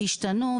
וישתנו,